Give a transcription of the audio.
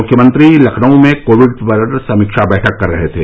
मुख्यमंत्री लखनऊ में कोविड पर समीक्षा बैठक कर रहे थे